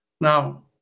now